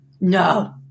No